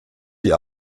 die